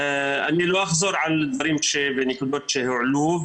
אני לא אחזור על דברים ונקודות שהועלו,